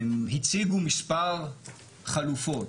הציגו מספר חלופות.